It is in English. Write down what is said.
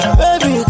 baby